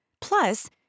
Plus